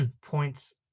points